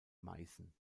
meißen